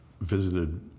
visited